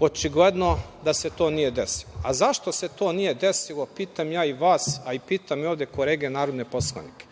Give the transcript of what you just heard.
očigledno da se to nije desilo. Zašto se to nije desilo pitam ja i vas, a i pitam ovde kolege narodne poslanike?